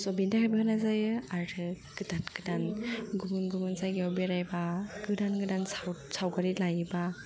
स' बेनि थाखायबो होनाय जायो आरो गोदान गोदान गुबुन गुबुन जायगायाव बेरायबा गोदान सावगारि लायोबा